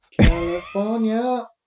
California